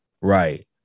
Right